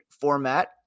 format